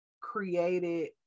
created